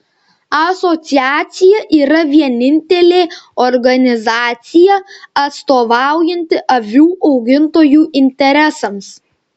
asociacija yra vienintelė organizacija atstovaujanti avių augintojų interesams